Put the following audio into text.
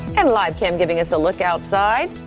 and live cam giving us a look outside.